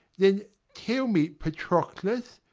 then tell me patroclus,